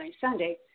Sunday